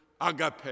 agape